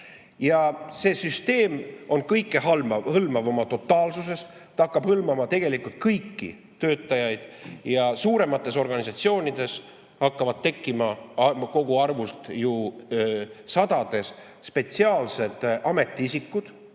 See süsteem on kõikehõlmav oma totaalsuses, ta hakkab hõlmama kõiki töötajaid. Ja suuremates organisatsioonides hakkab tekkima ju koguarvult sadades spetsiaalseid ametiisikuid,